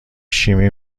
شیمی